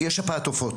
יש שפעת עופות.